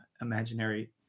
imaginary